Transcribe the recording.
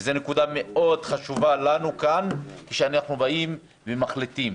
וזאת נקודה מאוד חשובה לנו כאן כשאנחנו באים ומחליטים.